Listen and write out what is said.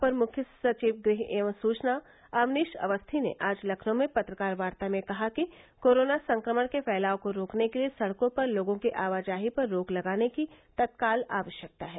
अपर मुख्य सचिव गृह एवं सुचना अवनीश अवस्थी ने आज लखनऊ में पत्रकार वार्ता में कहा कि कोरोना संक्रमण के फैलाव को रोकने के लिए सड़कों पर लोगों की आवजाही पर रोक लगाने की तत्काल आवश्यकता है